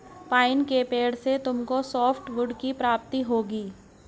pine के पेड़ से तुमको सॉफ्टवुड की प्राप्ति होगी